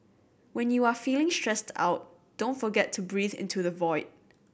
when you are feeling stressed out don't forget to breathe into the void